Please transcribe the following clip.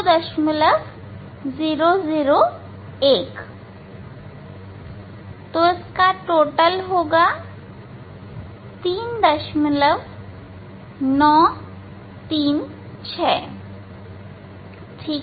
कुल होगा 3936 ठीक है